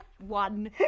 one